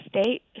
state